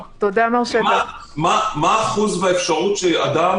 מה האחוז שאדם